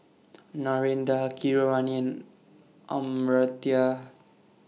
Narendra Keeravani Amartya